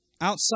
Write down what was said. outside